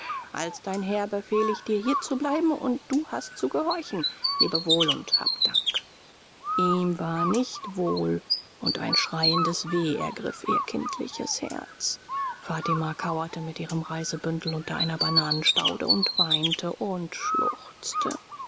als dein herr befehle ich dir hier zu bleiben und du hast zu gehorchen lebe wohl und habe dank ihm war nicht wohl und ein schreiendes weh ergriff ihr kindliches herz fatima kauerte mit ihrem reisebündel unter einer bananenstaude und weinte und schluchzte